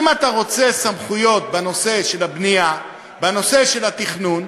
אם אתה רוצה סמכויות בנושא הבנייה, בנושא התכנון,